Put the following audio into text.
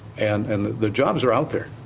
and and the the jobs are out there.